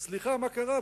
סליחה, מה קרה?